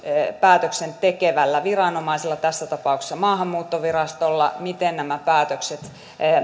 päätöksen tekevällä viranomaisella tässä tapauksessa maahanmuuttovirastolla miten nämä päätökset